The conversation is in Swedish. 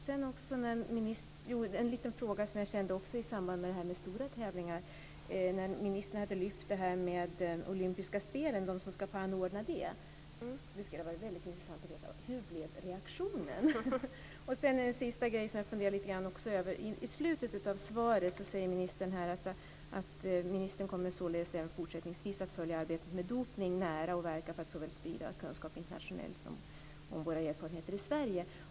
Jag vill också ställa en fråga när det gäller detta med stora tävlingar. Ministern sade att hon hade lyft frågan om vilka som skall få anordna de olympiska spelen. Det skulle vara väldigt intressant att veta hur reaktionen blev. Det är också en annan fråga som jag funderar lite grann över. I slutet av svaret säger ministern: Jag kommer således även fortsättningsvis att följa arbetet mot dopning nära och verka för att sprida kunskap internationellt om våra erfarenheter i Sverige.